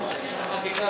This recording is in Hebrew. המשך החקיקה,